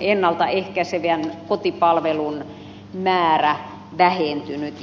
ennalta ehkäisevän kotipalvelun määrä vähentynyt